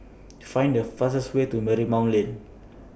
Find The fastest Way to Marymount Lane